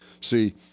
See